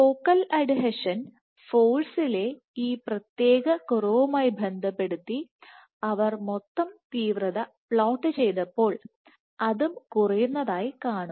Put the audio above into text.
focal adhesion ഫോഴ്സിലെ ഈ പ്രത്യേക കുറവുമായി ബന്ധപ്പെടുത്തി അവർ മൊത്തം തീവ്രത പ്ലോട്ട് ചെയ്തപ്പോൾ അതും കുറയുന്നതായി കാണുന്നു